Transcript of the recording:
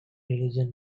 religion